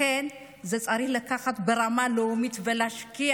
לכן, צריך לקחת את זה ברמה הלאומית ולהשקיע,